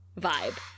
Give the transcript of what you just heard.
vibe